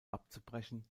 abzubrechen